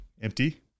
Empty